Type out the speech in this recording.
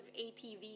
ATV